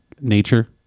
nature